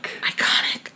Iconic